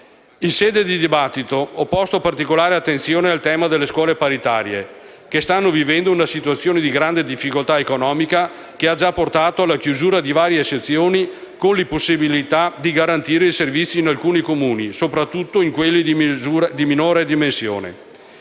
In sede di dibattito ho posto particolare attenzione al tema delle scuole paritarie che stanno vivendo una situazione di grande difficoltà economica, che ha già portato alla chiusura di varie sezioni con l'impossibilità di garantire il servizio in alcuni Comuni, soprattutto quelli di minore dimensione.